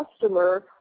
customer